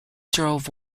drove